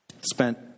spent